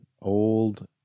old